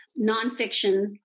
Nonfiction